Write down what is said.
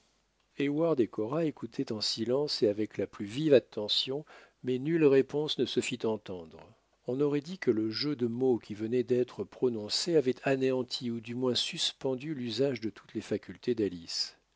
et cora écoutaient en silence et avec la plus vive attention mais nulle réponse ne se fit entendre on aurait dit que le jeu de mots qui venaient d'être prononcés avaient anéanti ou du moins suspendu l'usage de toutes les facultés d'alice